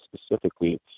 specifically